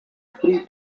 free